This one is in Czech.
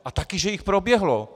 A taky že jich proběhlo!